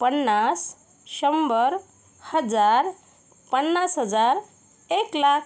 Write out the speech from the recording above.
पन्नास शंभर हजार पन्नास हजार एक लाख